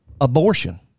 abortion